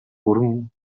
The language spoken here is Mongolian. бүрэн